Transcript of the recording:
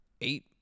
eight